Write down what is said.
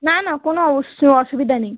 না না কোনো অবশ্যই অসুবিধা নেই